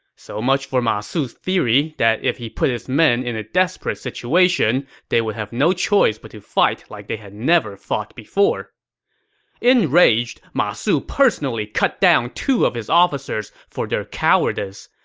so much for ma su's theory that if he put his men in a desperate situation, they would have no choice but to fight like they had never fought before enraged, ma su personally cut down two of his officers for their cowardice.